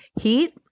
heat